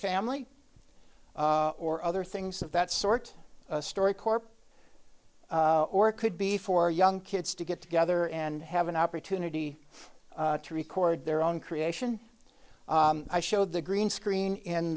family or other things of that sort of story corps or it could be for young kids to get together and have an opportunity to record their own creation i showed the green screen in